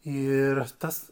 ir tas